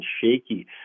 shaky